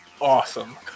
awesome